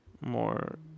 more